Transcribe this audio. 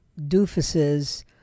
doofuses